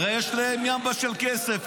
הרי יש להם ימבה של כסף,